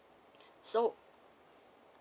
so